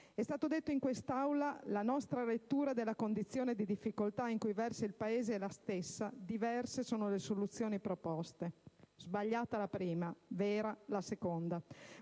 È stato detto in quest'Aula: «la nostra lettura della condizione di difficoltà in cui versa il Paese è la stessa; diverse sono le soluzioni proposte». Sbagliata la prima, vera la seconda.